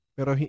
Pero